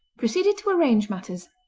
proceeded to arrange matters.